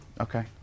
Okay